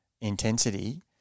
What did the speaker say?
intensity